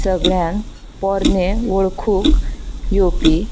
सगळ्यांत पोरणें वळखूंक येवपी